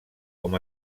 com